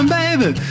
baby